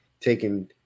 taking